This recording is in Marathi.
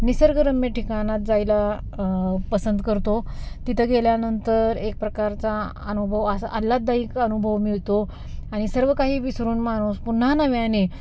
निसर्गरम्य ठिकाणात जायला पसंत करतो तिथं गेल्यानंतर एक प्रकारचा अनुभव असा आल्हाददायक अनुभव मिळतो आणि सर्व काही विसरून माणूस पुन्हा नव्याने